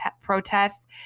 protests